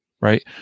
right